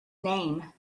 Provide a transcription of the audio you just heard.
name